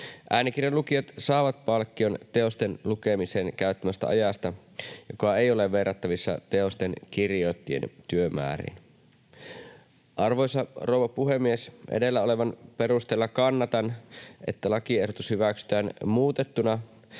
Äänikirjan lukijat saavat palkkion teosten lukemiseen käyttämästään ajasta, joka ei ole verrattavissa teosten kirjoittajien työmääriin. Arvoisa rouva puhemies! Edellä olevan perusteella kannatan, että lakiehdotus hyväksytään muutettuna